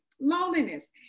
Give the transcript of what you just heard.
Loneliness